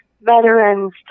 veterans